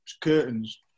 curtains